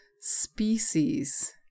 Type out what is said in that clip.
species